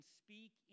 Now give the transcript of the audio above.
speak